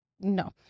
no